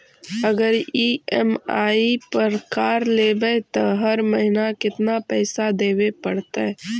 अगर ई.एम.आई पर कार लेबै त हर महिना केतना पैसा देबे पड़तै?